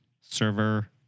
Server